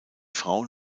frauen